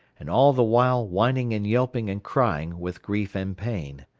and all the while whining and yelping and crying with grief and pain.